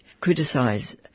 criticise